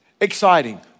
exciting